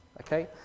Okay